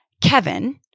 Kevin